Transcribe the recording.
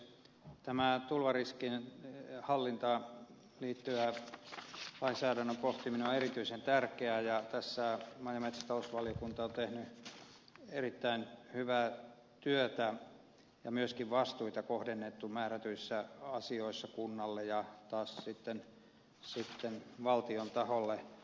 tämä tulvariskien hallintaan liittyvän lainsäädännön pohtiminen on erityisen tärkeää ja tässä maa ja metsätalousvaliokunta on tehnyt erittäin hyvää työtä ja myöskin vastuita on kohdennettu määrätyissä asioissa kunnalle ja taas sitten valtion taholle